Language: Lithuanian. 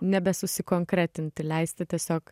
nebesusikonkretinti leisti tiesiog